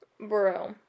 bro